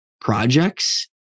projects